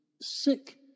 sick